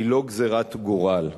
היא לא גזירת גורל.